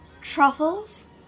Truffles